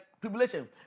tribulation